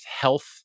health